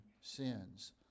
sins